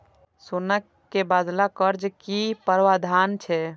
सोना के बदला कर्ज के कि प्रावधान छै?